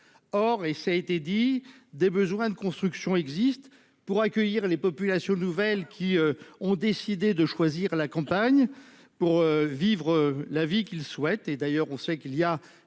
Or, et ça a été dit, des besoins de construction existent pour accueillir les populations nouvelles qui ont décidé de choisir la campagne pour vivre la vie qu'il souhaite. Et d'ailleurs on sait qu'il y a